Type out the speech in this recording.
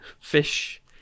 fish